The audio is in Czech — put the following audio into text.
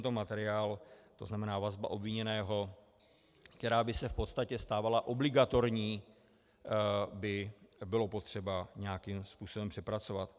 I tento materiál, to znamená vazbu obviněného, která by se v podstatě stávala obligatorní, by bylo potřeba nějakým způsobem přepracovat.